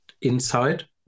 inside